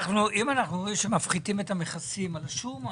אם אנחנו מפחיתים את המכסים על השום,